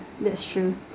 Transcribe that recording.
that's true